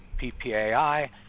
PPAI